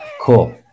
Cool